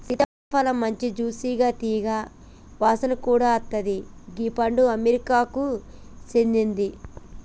సీతాఫలమ్ మంచి జ్యూసిగా తీయగా వాసన కూడా అత్తది గీ పండు అమెరికాకు సేందింది